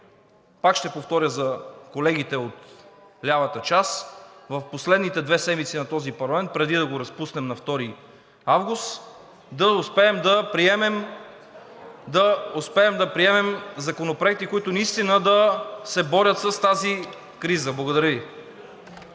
пак ще повторя за колегите от лявата част, в последните две седмици на този парламент, преди да го разпуснем на 2 август, да успеем да приемем законопроекти, които наистина да се борят с тази криза. Благодаря Ви.